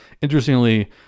Interestingly